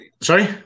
Sorry